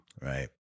Right